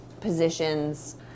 positions